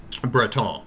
Breton